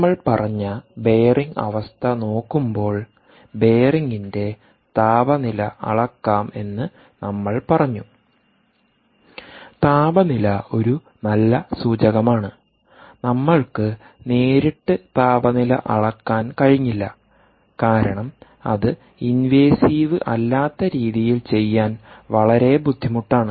നമ്മൾ പറഞ്ഞ ബെയറിംഗ് അവസ്ഥ നോക്കുമ്പോൾ ബെയറിംഗിന്റെ താപനില അളക്കാം എന്ന് നമ്മൾ പറഞ്ഞു താപനില ഒരു നല്ല സൂചകമാണ് നമ്മൾക്ക് നേരിട്ട് താപനില അളക്കാൻ കഴിഞ്ഞില്ലകാരണം അത് ഇൻവേസീവ് അല്ലാത്ത രീതിയിൽ ചെയ്യാൻ വളരെ ബുദ്ധിമുട്ടാണ്